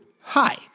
hi